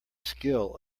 skill